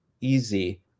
easy